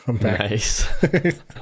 Nice